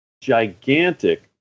gigantic